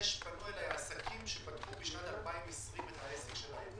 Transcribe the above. פנו אלי עסקים שפתחו בשנת 2020 את העסק שלהם.